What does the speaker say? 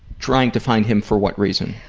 trying to find him for what reason?